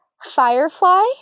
Firefly